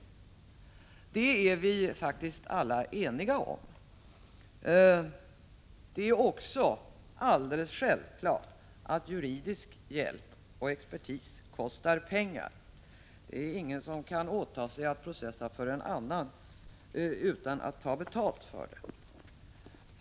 Detta är vi faktiskt alla eniga om. Det är också alldeles självklart att juridisk hjälp av expertis kostar pengar. Ingen kan åta sig att processa för en annan utan att ta betalt för det.